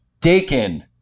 Dakin